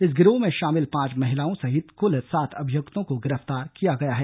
इस गिरोह में शामिल पांच महिलाओं सहित कुल सात अभियुक्तों को गिरफ्तार किया गया है